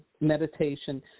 meditation